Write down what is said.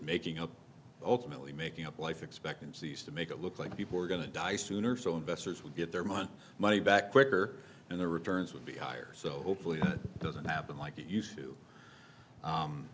making up ultimately making up life expectancies to make it look like people were going to die sooner so investors would get their money money back quicker and the returns would be higher so hopefully it doesn't happen like it used to